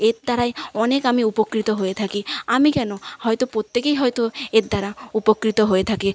এর দ্বারায় অনেক আমি উপকৃত হয়ে থাকি আমি কেন হয়তো প্রত্যেকেই হয়তো এর দ্বারা উপকৃত হয়ে থাকে